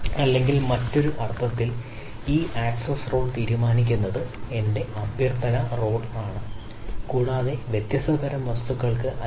അല്ലെങ്കിൽ മറ്റൊരു അർത്ഥത്തിൽ ഈ ആക്സസ് റോൾ എടുക്കുക